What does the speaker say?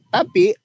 Tapi